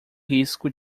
risco